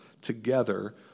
together